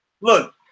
Look